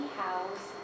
house